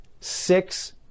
six